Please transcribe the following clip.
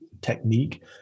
technique